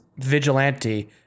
vigilante